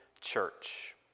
church